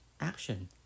action